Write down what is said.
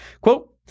quote